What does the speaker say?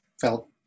felt